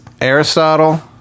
Aristotle